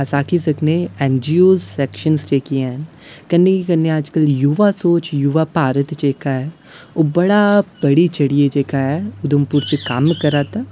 अस आक्खी सकने एन जी ओ सैक्सेशन जेह्कियां हैन कन्नै अजकल युवा सोच युवा भारत जेह्का ऐ ओह् बड़ा बधी चढ़ी जेह्का ऐ उधमपुर च कम्म करा दा